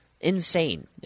insane